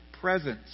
presence